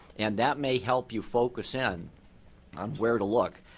and that may help you focus in on where to look.